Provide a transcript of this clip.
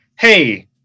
hey